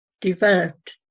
developed